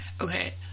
okay